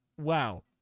Wow